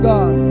God